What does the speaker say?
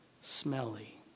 smelly